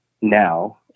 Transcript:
now